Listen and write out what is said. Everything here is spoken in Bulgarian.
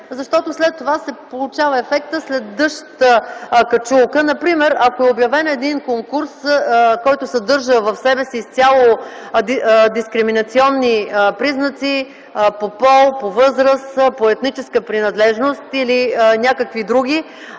защото след това се получава ефектът „след дъжд качулка”. Например ако е обявен конкурс, който съдържа в себе си изцяло дискриминационни признаци по пол, възраст, етническа принадлежност или други,